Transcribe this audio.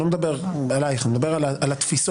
אני לא מדבר עליך אלא על התפיסות.